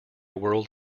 world